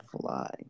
fly